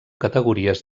categories